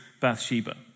Bathsheba